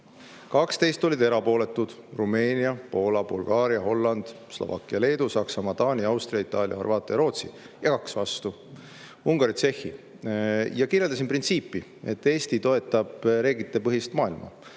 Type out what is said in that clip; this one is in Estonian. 12 olid erapooletud: Rumeenia, Poola, Bulgaaria, Holland, Slovakkia, Leedu, Saksamaa, Taani, Austria, Itaalia, Horvaatia ja Rootsi. Ning 2 vastu: Ungari ja Tšehhi. Kirjeldasin printsiipi, et Eesti toetab reeglitepõhist maailma.